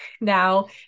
now